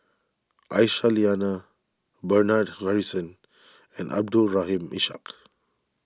Aisyah Lyana Bernard Harrison and Abdul Rahim Ishak